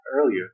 earlier